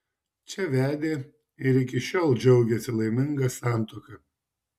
čia vedė ir iki šiol džiaugiasi laiminga santuoka